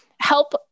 help